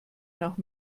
nach